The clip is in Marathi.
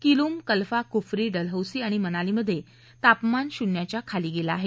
किलोंग कल्पा कुफरी डलहौसी आणि मनाली मध्ये तापमान शून्याच्या खाली गेलं आहे